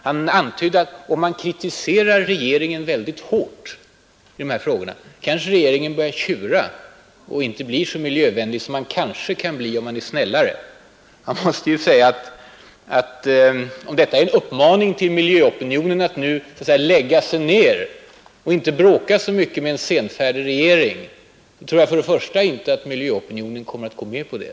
Han antydde att om man kritiserar regeringen mycket hårt i de här frågorna, så kanske regeringen börjar tjura och inte blir så miljövänlig som den kanske blir om man är snällare. Om detta är en uppmaning till miljöopinionen att nu lägga sig ned och inte bråka så mycket med en senfärdig regering, så tror jag för det första inte att miljöopinionen kommer att gå med på det.